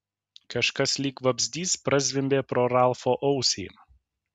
kažkas lyg vabzdys prazvimbė pro ralfo ausį